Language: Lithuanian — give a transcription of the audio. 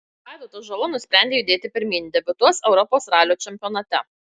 vaidotas žala nusprendė judėti pirmyn debiutuos europos ralio čempionate